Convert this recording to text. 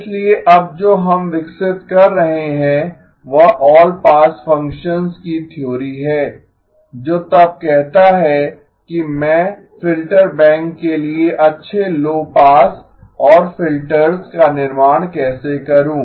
इसलिए अब जो हम विकसित कर रहे हैं वह ऑल पास फ़ंक्शंस की थ्योरी है जो तब कहता है कि मैं फ़िल्टर बैंक के लिए अच्छे लो पास और फ़िल्टर्स का निर्माण कैसे करूँ